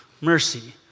Mercy